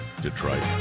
Detroit